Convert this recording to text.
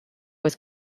was